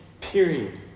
period